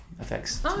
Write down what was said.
effects